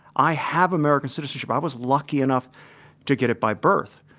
i have american citizenship. i was lucky enough to get it by birth.